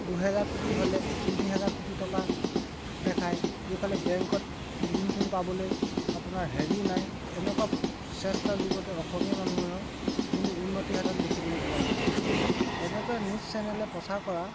দুহেজাৰ কোটি হ'লে তিনি হেজাৰ কোটি টকাৰ দেখায় এইফালে বেংকত লোন চূণ পাবলে আপোনাৰ হেৰি নাই এনেকুৱা চেষ্টা যুগতে অসমীয়া মানুহৰ কোনো উন্নতি সাধন দেখিবলৈ পোৱা নাযায় এনেকুৱা নিউজ চেনেলে প্ৰচাৰ কৰা